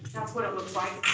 that's what it looks like.